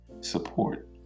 support